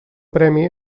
premi